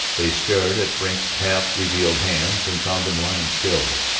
they stared at frink's half-revealed hands and found them lying still.